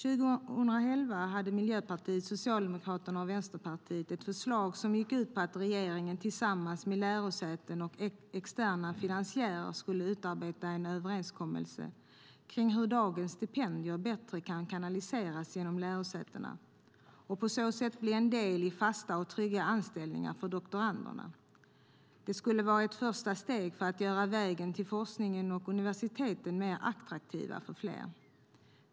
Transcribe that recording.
År 2011 hade Miljöpartiet, Socialdemokraterna och Vänsterpartiet ett förslag som gick ut på att regeringen tillsammans med lärosäten och externa finansiärer skulle utarbeta en överenskommelse kring hur dagens stipendier bättre kan kanaliseras genom lärosätena och på så sätt bli en del i fasta och trygga anställningar för doktoranderna. Det skulle vara ett första steg för att göra vägen till forskningen och universiteten mer attraktiv för fler.